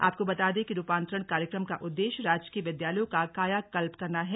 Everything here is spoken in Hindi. आपको बता दें कि रूपान्तरण कार्यक्रम का उद्देश्य राजकीय विद्यालयों का कायाकल्प करना है